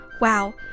Wow